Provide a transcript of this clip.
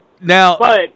now